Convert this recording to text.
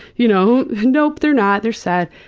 you know nope, they're not. they're sad.